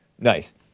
Nice